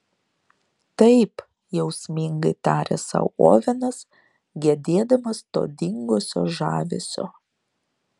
taip jausmingai tarė sau ovenas gedėdamas to dingusio žavesio